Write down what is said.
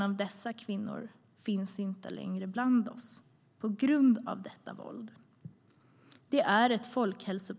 Av dessa kvinnor finns 17 inte längre bland oss på grund av detta våld.